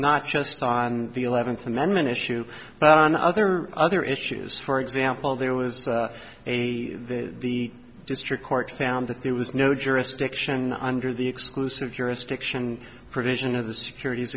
not just on the eleventh amendment issue but on other other issues for example there was a the district court found that there was no jurisdiction under the exclusive jurisdiction provision of the securit